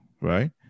right